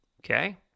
Okay